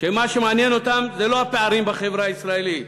שמה שמעניין אותם זה לא הפערים בחברה הישראלית,